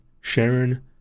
Sharon